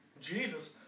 Jesus